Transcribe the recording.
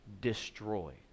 destroyed